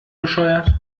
bescheuert